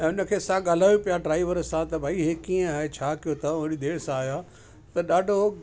ऐं उनखे असां ॻाल्हायो पिया ड्राइवर सां त भई इहो कीअं आहे ऐं छा कयो अथव अहिड़ी देरि सां आहियां त ॾाढो